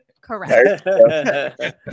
Correct